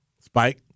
Spike